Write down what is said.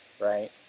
Right